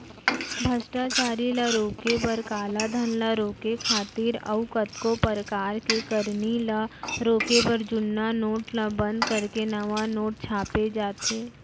भस्टाचारी ल रोके बर, कालाधन ल रोके खातिर अउ कतको परकार के करनी ल रोके बर जुन्ना नोट ल बंद करके नवा नोट छापे जाथे